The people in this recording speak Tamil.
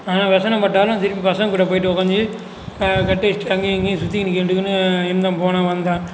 ஆனால் வெசனப்பட்டாலும் திருப்பி பசங்கள் கூட போயிட்டு உக்கார்ந்து கட் அடிச்சுட்டு அங்கேயும் இங்கேயும் சுத்திக்கிட்டு நிற்க வேண்டியதுன்னு இருந்தேன் போனேன் வந்தேன்